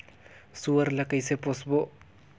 सुअर ला कइसे पोसबो?